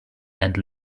and